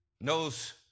knows